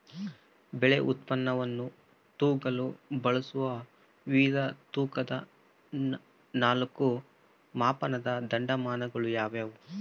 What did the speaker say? ಬೆಳೆ ಉತ್ಪನ್ನವನ್ನು ತೂಗಲು ಬಳಸುವ ವಿವಿಧ ತೂಕದ ನಾಲ್ಕು ಮಾಪನದ ಮಾನದಂಡಗಳು ಯಾವುವು?